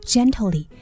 Gently